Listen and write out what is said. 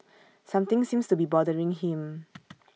something seems to be bothering him